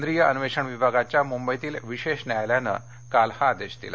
केंद्रीय अन्वेषण विभागाच्या मुंबईतील विशेष न्यायालयानं काल हा आदेश दिला